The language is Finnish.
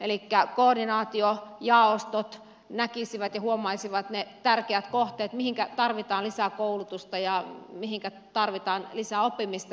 elikkä koordinaatiojaostot näkisivät ja huomaisivat ne tärkeät kohteet mihinkä tarvitaan lisää koulutusta ja mihinkä tarvitaan lisää oppimista